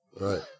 Right